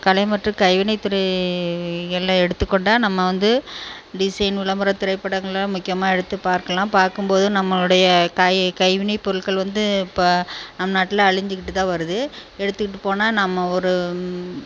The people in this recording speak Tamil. கலை மற்றும் கைவினைத்துறைகளில் எடுத்துக் கொண்டால் நம்ம வந்து டிஸைன் விளம்பர திரைப்படங்களில் முக்கியமாக எடுத்துப் பார்க்கலாம் பார்க்கும்போது நம்மளுடைய கை கைவினைப் பொருள்கள் வந்து இப்போ நம் நாட்டில் அழிஞ்சிக்கிட்டு தான் வருது எடுத்துகிட்டுப் போனால் நம்ம ஒரு